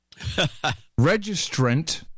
Registrant